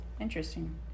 Interesting